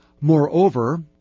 Moreover